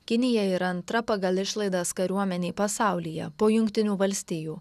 kinija yra antra pagal išlaidas kariuomenė pasaulyje po jungtinių valstijų